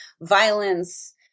violence